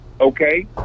okay